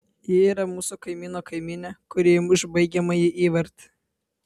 ji yra mūsų kaimyno kaimynė kuri įmuš baigiamąjį įvartį